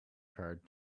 card